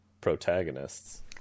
protagonists